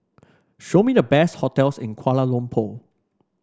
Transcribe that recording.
show me the best hotels in Kuala Lumpur